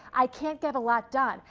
i can't get a lot done.